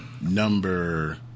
Number